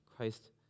Christ